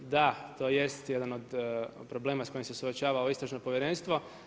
Da, to jest jedan od problema s kojim se suočava ovo Istražno povjerenstvo.